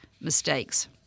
mistakes